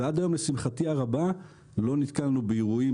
ועד היום לשמחתי הרבה לא נתקלנו באירועים